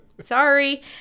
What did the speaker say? Sorry